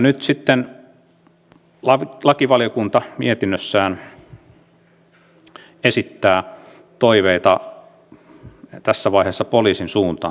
nyt sitten lakivaliokunta mietinnössään esittää toiveita tässä vaiheessa poliisin suuntaan